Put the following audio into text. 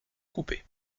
coupés